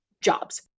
jobs